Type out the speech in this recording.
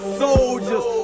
soldiers